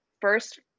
first